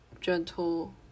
gentle